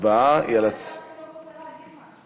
ההצבעה היא על, אולי שר החינוך רוצה להגיד משהו?